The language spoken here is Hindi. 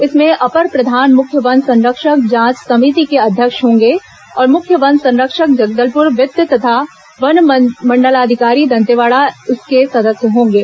इसमें अपर प्रधान मुख्य वन संरक्षक जांच समिति के अध्यक्ष होंगे और मुख्य वन संरक्षक जगदलपुर वृत्त तथा वन मंडलाधिकारी दंतेवाड़ा इसके सदस्य होंगे